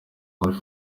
muri